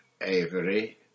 Avery